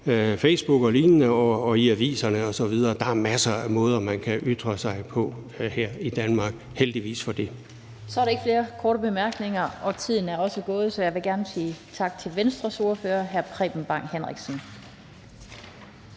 Facebook eller lignende og i aviserne osv. Der er masser af måder, man kan ytre sig på her i Danmark, heldigvis for det. Kl. 18:40 Den fg. formand (Annette Lind): Der er ikke flere korte bemærkninger, og tiden er også gået, så jeg vil gerne sige tak til Venstres ordfører, hr. Preben Bang Henriksen.